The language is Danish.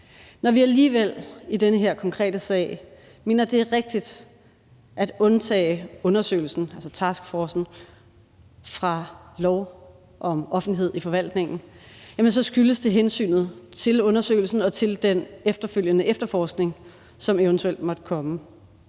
Når vi alligevel i den her konkrete sag mener, at det er rigtigt at undtage undersøgelsen, altså taskforcen, fra lov om offentlighed i forvaltningen, skyldes det hensynet til undersøgelsen og til den efterfølgende efterforskning, som eventuelt måtte komme.